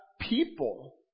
People